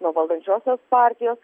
nuo valdančiosios partijos